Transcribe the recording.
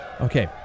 Okay